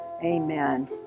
Amen